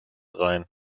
rein